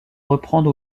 reprendre